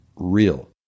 Real